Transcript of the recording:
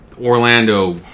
Orlando